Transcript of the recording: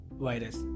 virus